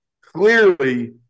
clearly